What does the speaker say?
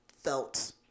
felt